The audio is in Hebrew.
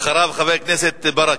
אחריו, חבר הכנסת ברכה.